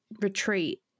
retreat